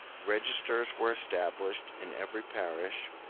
registers were established in every parish,